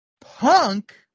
Punk